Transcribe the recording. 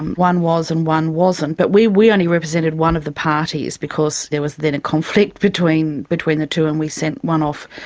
one was and one wasn't, but we we only represented one of the parties, because there was then a conflict between between the two, and we sent one off,